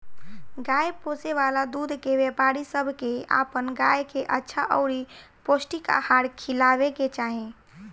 गाय पोसे वाला दूध के व्यापारी सब के अपन गाय के अच्छा अउरी पौष्टिक आहार खिलावे के चाही